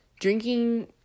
drinking